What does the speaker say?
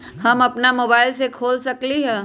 हम अपना मोबाइल से खोल सकली ह?